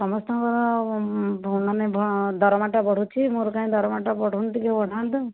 ସମସ୍ତଙ୍କର ମାନେ ଦରମାଟା ବଢ଼ୁଛି ମୋର କାହିଁକି ଦରମାଟା ବଢ଼ୁନି ଟିକେ ବଢ଼ାନ୍ତୁ